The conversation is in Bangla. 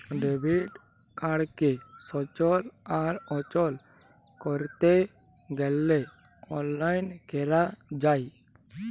ডেবিট কাড়কে সচল আর অচল ক্যরতে গ্যালে অললাইল ক্যরা যায়